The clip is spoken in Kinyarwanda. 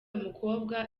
mukobwa